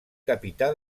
capità